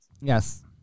Yes